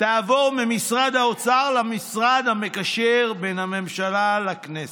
תעבור ממשרד האוצר למשרד המקשר בין הממשלה לכנסת.